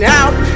out